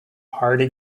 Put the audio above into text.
hardy